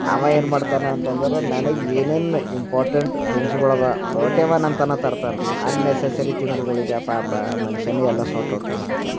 ಅವ ಏನ್ಮಾಡ್ತಾನೆ ಅಂತಂದ್ರೆ ನನಗೆ ಏನು ಏನು ಇಂಪಾರ್ಟೆಂಟ್ ಥಿಂಗ್ಸ್ಗಳು ಅವಾ ತರ್ತಾನೆ ಅನ್ನೆಸೆಸ್ಸರಿ ತಿಂಗ್ಸ್ಗಳಿಗೆ ಪಾಪ ಆ ಮನುಷ್ಯನೆ ಎಲ್ಲ ಸಾಟ್ ಔಟ್ ಮಾಡ್ಕೊಳ್ತಾನ